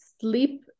sleep